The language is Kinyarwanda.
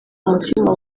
umutima